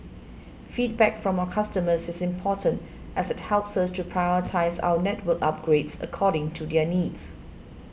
feedback from our customers is important as it helps us to prioritise our network upgrades according to their needs